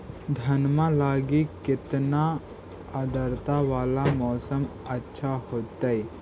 धनमा लगी केतना आद्रता वाला मौसम अच्छा होतई?